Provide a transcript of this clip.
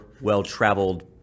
well-traveled